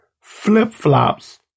flip-flops